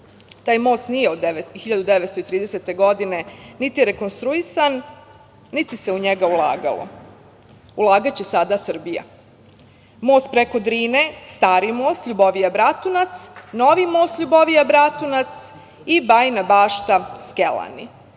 Taj most nije od 1930 godine niti rekonstruisan niti se u njega ulagalo, ulagaće sada Srbija. Most preko Drine, stari most Ljubovija – Bratunac, novi most Ljubovija – Bratunac i Bajina Bašta – Skelani.